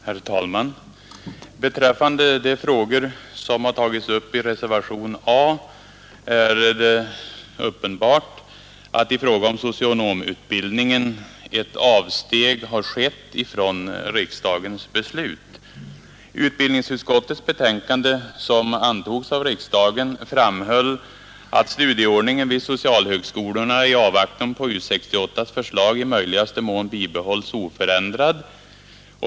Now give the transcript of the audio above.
Herr talman! Beträffande de frågor som tagits upp i reservationen A är det uppenbart att i fråga om socionomutbildningen ett avsteg skett från riksdagens beslut. I utbildningsutskottets betänkande i ärendet, som antogs av riksdagen, framhölls att en utgångspunkt bör vara ”att studieordningen vid socialhögskolorna i avvakten på U 68:s förslag i möjligaste mån bibehålls oförändrad”.